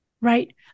Right